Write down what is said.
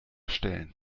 stellen